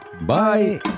Bye